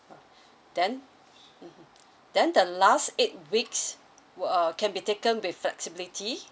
then mmhmm then the last eight weeks were uh can be taken with flexibility